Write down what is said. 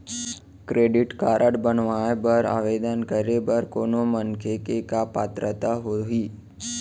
Credit card बनवाए बर आवेदन करे बर कोनो मनखे के का पात्रता होही?